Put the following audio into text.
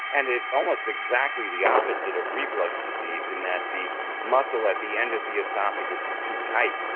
and it's almost exactly the opposite of reflux disease in that the muscle at the end of the oesophagus is too tight,